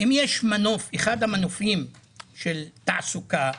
אחד המנופים של תעסוקה,